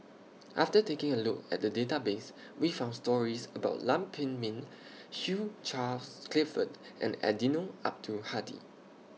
after taking A Look At The Database We found stories about Lam Pin Min Hugh Charles Clifford and Eddino Abdul Hadi